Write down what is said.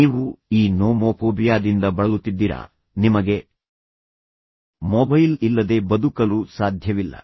ನೀವು ಈ ನೋಮೋಫೋಬಿಯಾದಿಂದ ಬಳಲುತ್ತಿದ್ದೀರಾ ನಿಮಗೆ ಮೊಬೈಲ್ ಇಲ್ಲದೆ ಬದುಕಲು ಸಾಧ್ಯವಿಲ್ಲ